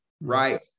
right